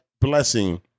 blessing